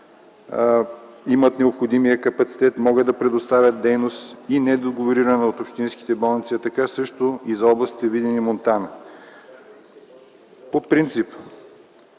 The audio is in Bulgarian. имат необходимия капацитет, могат да предоставят дейност - и недоговорирана от общинските болници, а така също и за областите Видин и Монтана. По принцип